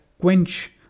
quench